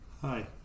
Hi